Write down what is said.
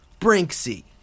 Brinksy